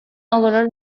олорор